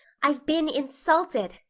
i've been insulted.